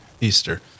Easter